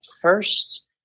first